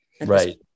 Right